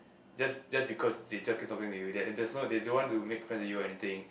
just just because they just keep talking to you that and does no they don't want to make friends with you or anything